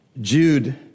Jude